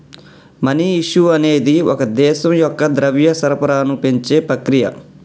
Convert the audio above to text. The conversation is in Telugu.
మనీ ఇష్యూ అనేది ఒక దేశం యొక్క ద్రవ్య సరఫరాను పెంచే ప్రక్రియ